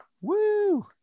woo